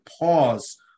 pause